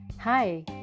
Hi